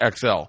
XL